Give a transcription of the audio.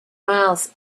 miles